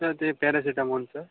sir ते पॅरासिटेमोंटचं